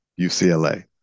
UCLA